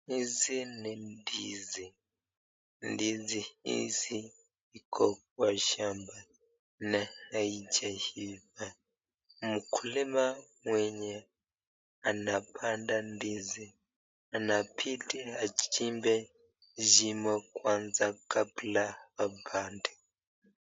Hizi ni ndizi. Ndizi hizi ziko kwa shamba. Ni haijaiva. Mkulima mwenye anapanda ndizi anabidi achimbe shimo kwanza kabla apande.